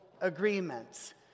agreements